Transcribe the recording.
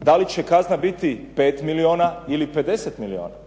Da li će kazna biti 5 milijona ili 50 milijona?